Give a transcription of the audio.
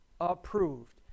approved